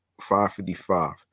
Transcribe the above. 555